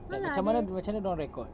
like macam mana macam mana dia orang record